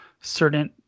certain